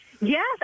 Yes